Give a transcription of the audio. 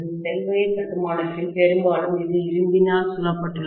shell வகை கட்டுமானத்தில் பெரும்பாலும் இது இரும்பினால் சூழப்பட்டுள்ளது